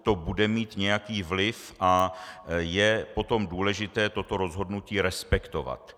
To bude mít nějaký vliv a je potom důležité toto rozhodnutí respektovat.